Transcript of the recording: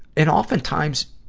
and oftentimes,